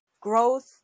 growth